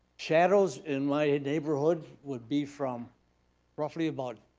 shadows in my neighborhood would be from roughly about